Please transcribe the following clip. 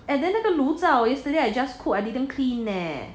and then that 那个炉灶 yesterday I just cook leh I didn't clean leh